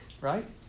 right